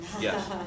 Yes